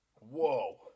Whoa